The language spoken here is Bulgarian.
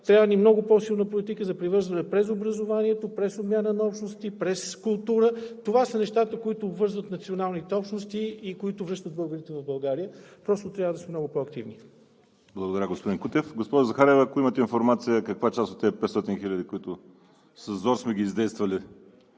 Трябва ни много по-силна политика за привързване през образованието, през обмяна на общностите, през културата. Това са нещата, които обвързват националните общности и които връщат българите в България. Трябва да сме много по-активни. ПРЕДСЕДАТЕЛ ВАЛЕРИ СИМЕОНОВ: Благодаря, господин Кутев. Госпожо Захариева, ако имате информация каква част от тези 500 хиляди, които със зор сме ги издействали,